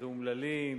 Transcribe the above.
איזה אומללים,